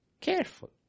careful